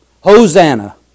Hosanna